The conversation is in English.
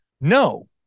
no